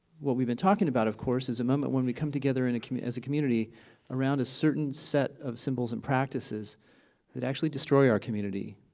what we've been talking about of course is a moment when we come together and yeah as a community around a certain set of symbols and practices that actually destroy our community.